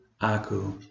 Aku